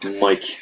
Mike